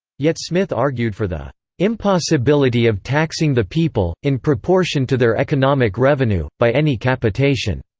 yet smith argued for the impossibility of taxing the people, in proportion to their economic revenue, by any capitation